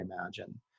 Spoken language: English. imagine